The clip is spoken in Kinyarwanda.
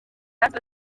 natwe